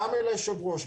גם אל היושב ראש,